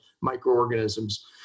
microorganisms